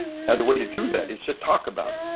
the way to do that is to talk about